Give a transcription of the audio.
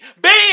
Bam